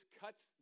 cuts